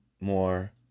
more